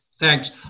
Thanks